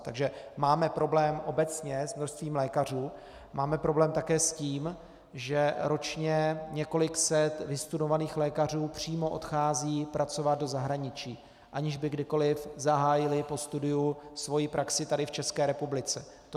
Takže máme problém obecně s množstvím lékařů, máme problém také s tím, že ročně několik set vystudovaných lékařů přímo odchází pracovat do zahraničí, aniž by kdykoliv zahájili po studiu svoji praxi tady v ČR.